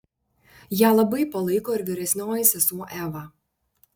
ją labai palaiko ir vyresnioji sesuo eva